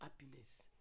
happiness